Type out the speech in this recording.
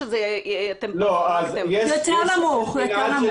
יותר נמוך.